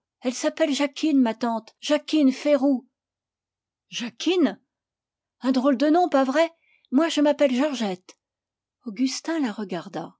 elle s'appelle jacquine ma tante jacquine férou jacquine un drôle de nom pas vrai moi je m'appelle georgette augustin la regarda